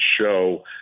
show